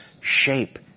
shape